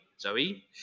Zoe